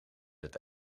het